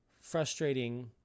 frustrating